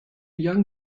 young